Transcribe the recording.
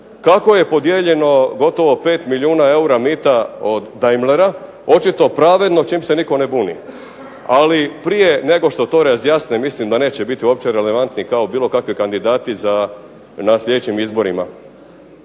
Kako je podijeljeno gotovo 5 milijuna eura mita od Daimlera, očito pravedno, čim se nitko ne buni, ali prije nego što to razjasne, mislim da neće biti uopće relevantni kao bilo kakvi kandidati za, na sljedećim izborima.